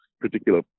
particular